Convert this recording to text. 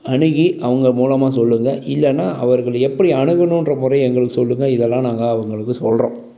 அணுகி அவங்க மூலமாக சொல்லுங்க இல்லைன்னா அவர்கள எப்படி அணுகணுங்கிற முறையை எங்களுக்கு சொல்லுங்க இதெல்லாம் நாங்கள் அவங்களுக்கு சொல்கிறோம்